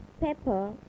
pepper